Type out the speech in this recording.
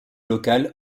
local